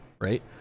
right